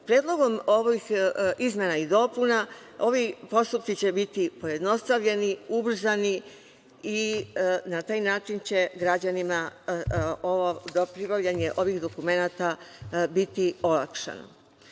Predlogom ovih izmena i dopuna ovi postupci će biti pojednostavljeni, ubrzani i na taj način će građanima pribavljanje ovih dokumenata biti olakšano. Takođe,